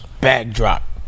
backdrop